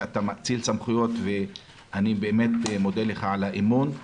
ואתה מאציל סמכויות ואני באמת מודה לך על האמון.